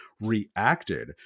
reacted